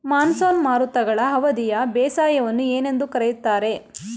Monsoon ಮಾರುತಗಳ ಅವಧಿಯ ಬೇಸಾಯವನ್ನು ಏನೆಂದು ಕರೆಯುತ್ತಾರೆ?